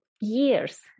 years